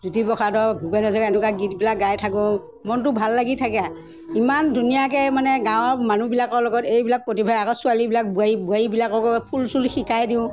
জ্যোতি প্ৰসাদৰ ভূপেন হাজৰিকাৰ এনেকুৱা গীতবিলাক গাই থাকোঁ মনটো ভাল লাগি থাকে ইমান ধুনীয়াকৈ মানে গাঁৱৰ মানুহবিলাকৰ লগত এইবিলাক প্ৰতিভা আকৌ ছোৱালীবিলাক বোৱাৰী বোৱাৰীবিলাকক ফুল চুল শিকাই দিওঁ